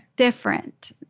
different